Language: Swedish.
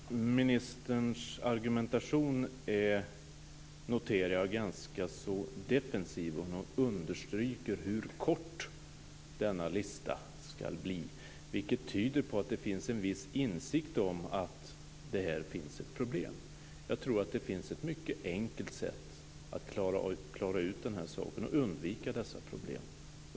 Herr talman! Ministerns argumentation är, noterar jag, ganska så defensiv. Hon understryker hur kort denna lista skall bli, vilket tyder på att det finns en viss insikt om att det här finns ett problem. Jag tror att det finns ett mycket enkelt sätt att klara ut den här saken och undvika dessa problem.